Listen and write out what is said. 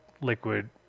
liquid